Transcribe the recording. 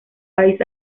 país